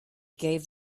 gave